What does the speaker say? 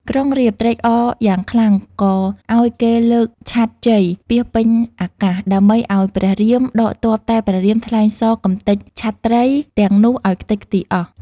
ក្រុងរាពណ៍ត្រេកអរយ៉ាងខ្លាំង ក៏ឱ្យគេលើកឆ័ត្រជ័យពាសពេញអាកាស ដើម្បីឱ្យព្រះរាម ដកទ័ពតែព្រះរាមថ្លែងសរកម្ទេចឆត្រីទាំងនោះឱ្យខ្ទេចខ្ទីរអស់។